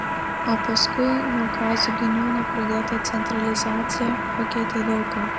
o paskui jau kazio giniūno pradėta centralizacija pakeitė daug ką